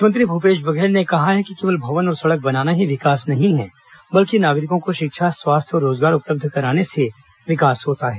मुख्यमंत्री भूपेश बधेल ने कहा है कि केवल भवन और सड़क बनाना ही विकास नहीं है बल्कि नागरिकों को शिक्षा स्वास्थ्य और रोजगार उपलब्ध कराने ेसे विकास होता है